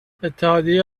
اتحادیه